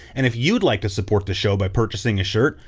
and if you'd like to support the show by purchasing a shirt,